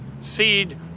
seed